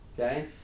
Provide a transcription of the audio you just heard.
okay